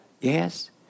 Yes